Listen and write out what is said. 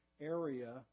area